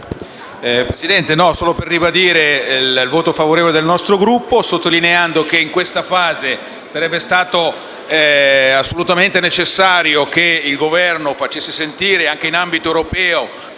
Presidente, intervengo solo per ribadire il voto favorevole del nostro Gruppo al provvedimento in esame, sottolineando che in questa fase sarebbe stato assolutamente necessario che il Governo facesse sentire, anche in ambito europeo,